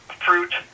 fruit